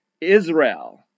Israel